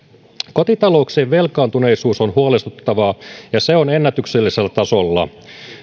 kotitalouksien velkaantuneisuus on huolestuttavaa ja se on ennätyksellisellä tasolla